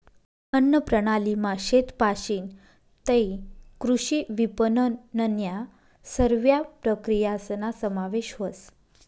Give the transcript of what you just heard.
अन्नप्रणालीमा शेतपाशीन तै कृषी विपनननन्या सरव्या प्रक्रियासना समावेश व्हस